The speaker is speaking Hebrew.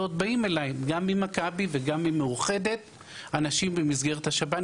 ועוד באים אליי גם ממכבי וגם ממאוחדת אנשים במסגרת השב"ן.